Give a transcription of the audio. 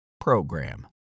PROGRAM